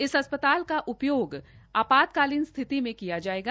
इस अस्पताल का उपयोग आपातकालीन स्थिति में किया जायेगा